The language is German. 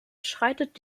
schreitet